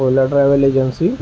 ola travel agency